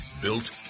Built